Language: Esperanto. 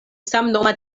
samnoma